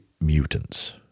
mutants